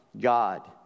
God